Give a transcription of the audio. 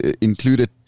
included